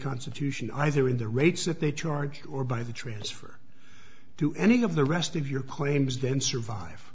constitution either in the rates that they charge or by the transfer to any of the rest of your claims then survive